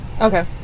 Okay